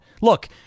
look